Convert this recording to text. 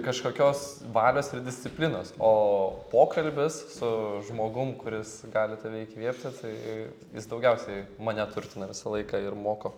kažkokios valios ir disciplinos o pokalbis su žmogum kuris gali tave įkvėpti tai jis daugiausiai mane turtina visą laiką ir moko